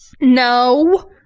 No